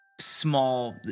small